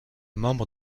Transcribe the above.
membre